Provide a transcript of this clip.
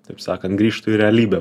taip sakan grįžtu į realybę